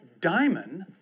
Diamond